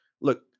Look